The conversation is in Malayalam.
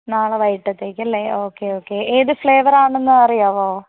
നാളെ വൈകിട്ടതേക്കല്ലേ ഓക്കേ ഓക്കേ ഏത് ഫ്ലേവറാണെന്ന് അറിയാവോ